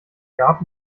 gab